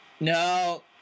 No